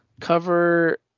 Cover